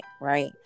right